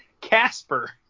Casper